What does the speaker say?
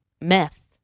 meth